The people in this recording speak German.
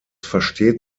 versteht